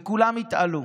וכולם התעלו,